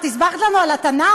את הסברת לנו על התנ"ך?